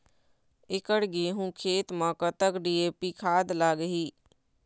एकड़ गेहूं खेत म कतक डी.ए.पी खाद लाग ही?